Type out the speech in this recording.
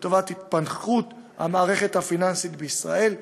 לטובת התפתחות המערכת הפיננסית בישראל.